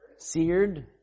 Seared